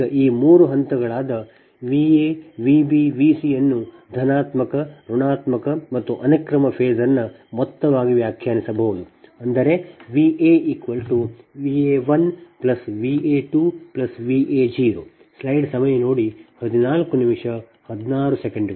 ಈಗ ಈ ಮೂರು ಹಂತಗಳಾದ V a V b V c ಅನ್ನು ಧನಾತ್ಮಕ ಋಣಾತ್ಮಕಮತ್ತು 0 ಅನುಕ್ರಮ ಫೇಸರ್ನ ಮೊತ್ತವಾಗಿ ವ್ಯಾಖ್ಯಾನಿಸಬಹುದು ಅಂದರೆ V a V a1 V a2 V a0